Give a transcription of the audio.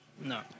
No